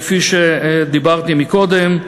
כפי שאמרתי קודם,